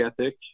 ethic